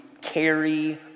carry